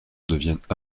deviennent